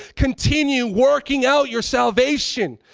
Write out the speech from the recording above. continue working out your salvation.